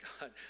God